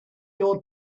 your